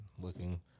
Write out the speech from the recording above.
looking